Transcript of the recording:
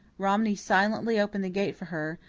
romney silently opened the gate for her,